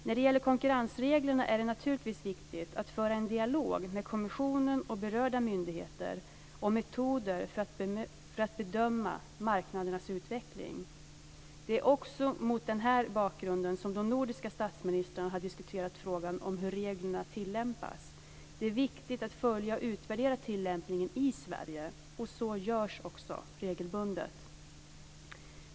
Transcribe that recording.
När det gäller konkurrensreglerna är det naturligtvis viktigt att föra en dialog med kommissionen och berörda myndigheter om metoder för att bedöma marknadernas utveckling. Det är också mot den här bakgrunden som de nordiska statsministrarna har diskuterat frågan om hur reglerna tillämpas. Det är viktigt att följa och utvärdera tillämpningen i Sverige, och så görs också regelbundet.